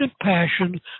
passion